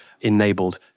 enabled